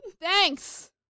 Thanks